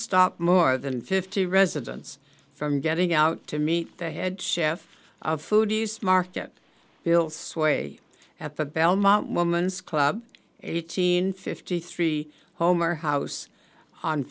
stop more than fifty residents from getting out to meet the head chef of foodies market bill sway at the belmont woman's club eighteen fifty three home or house on